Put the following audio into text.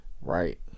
Right